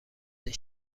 این